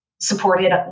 supported